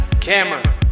camera